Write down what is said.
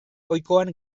ohikoan